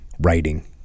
writing